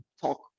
talk